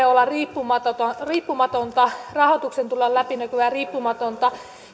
olla riippumatonta riippumatonta rahoituksen olla läpinäkyvää ja riippumatonta